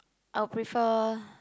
I'll prefer